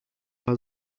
هذا